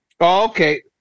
Okay